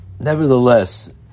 Nevertheless